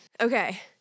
Okay